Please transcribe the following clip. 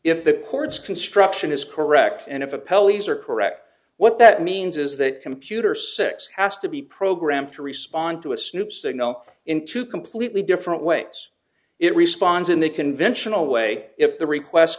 if the courts construction is correct and if a pelleas are correct what that means is that computer six has to be programmed to respond to a snoop signal in two completely different ways it responds in the conventional way if the request